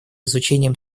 изучением